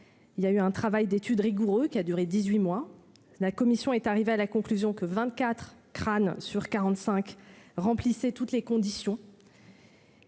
il y a eu un travail d'étude rigoureux qui a duré 18 mois, la commission est arrivé à la conclusion que 24 crâne sur 45 remplissait toutes les conditions.